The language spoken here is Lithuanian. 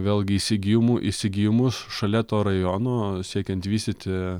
vėlgi įsigijimų įsigijimus šalia to rajono siekiant vystyti